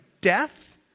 death